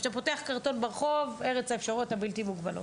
וכשאתה פותח קרטון ברחוב ארץ האפשרויות הבלתי מוגבלות.